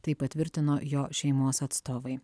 tai patvirtino jo šeimos atstovai